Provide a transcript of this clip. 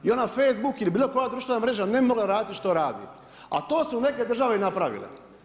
I onda Facebook ili bilo koja društvena mreža ne bi mogla raditi što radi a to su neke države i napravile.